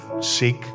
seek